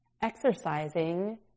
exercising